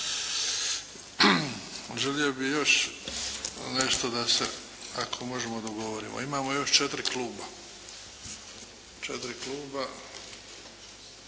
Želio bih još nešto da se ako možemo dogovorimo. Imamo još 4 kluba. To je